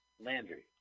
Landry